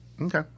Okay